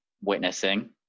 witnessing